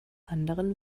anderen